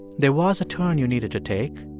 there was a turn you needed to take.